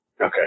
okay